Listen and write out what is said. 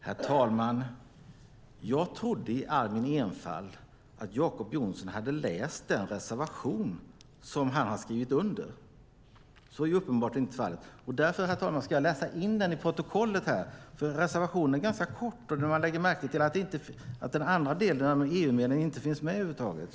Herr talman! Jag trodde i all min enfald att Jacob Johnson hade läst den reservation som han har skrivit under. Så är uppenbarligen inte fallet, och därför, herr talman, ska jag läsa in den i protokollet. Reservationen är ganska kort, och man lägger märke till att den andra delen om EU-medlen inte finns med över huvud taget.